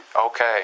Okay